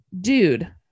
dude